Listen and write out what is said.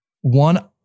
one